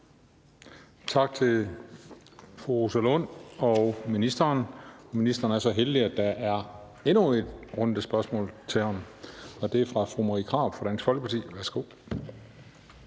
Tak til fru Rosa Lund og til ministeren. Ministeren er så heldig, at der er endnu et spørgsmål til ham, og det er fra fru Marie Krarup fra Dansk Folkeparti. Kl.